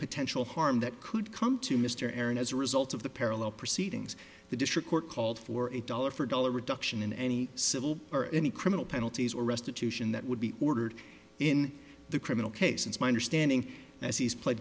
potential harm that could come to mr aaron as a result of the parallel proceedings the district court called for a dollar for dollar reduction in any civil or any criminal penalties or restitution that would be ordered in the criminal case it's my understanding as he's pled